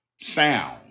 sound